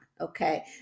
Okay